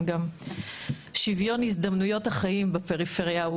גם שוויון הזדמנויות החיים בפריפריה,